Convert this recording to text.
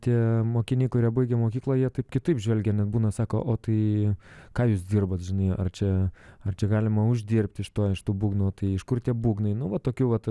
tie mokiniai kurie baigė mokyklą jie taip kitaip žvelgia nebūna sako o tai ką jūs dirbat ar čia ar čia galima uždirbti iš to iš tų būgnų tai o iš kur tie būgnai nu va tokių vat